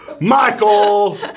Michael